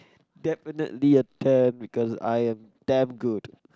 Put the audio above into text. definitely a ten because I'm damn good